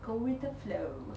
go with the flow